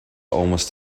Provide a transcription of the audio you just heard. almost